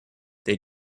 they